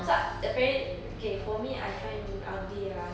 so apparentl~ okay for me I find I'm ugly ah